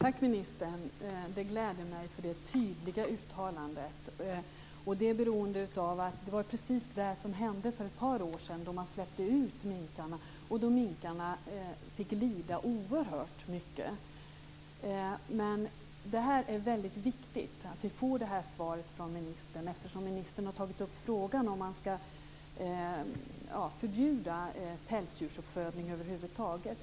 Fru talman! Tack, ministern. Det tydliga uttalandet gläder mig. Det var precis det som hände för ett par år sedan då man släppte ut minkar som fick lida oerhört mycket. Det är viktigt att vi får det här svaret från ministern, eftersom ministern har tagit upp frågan om man ska förbjuda pälsdjursuppfödning över huvud taget.